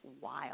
Wild